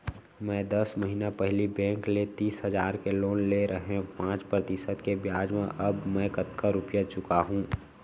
मैं दस महिना पहिली बैंक ले तीस हजार के लोन ले रहेंव पाँच प्रतिशत के ब्याज म अब मैं कतका रुपिया चुका हूँ?